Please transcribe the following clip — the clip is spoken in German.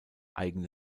eigene